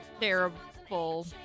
terrible